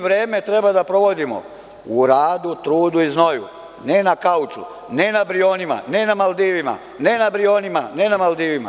Vreme treba da provodimo u radu, trudu, znoju, ne na kauču, ne na Brionima, ne na Maldivima, ne na Brionima, ne na Maldivima.